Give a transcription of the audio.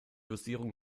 dosierung